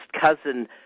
cousin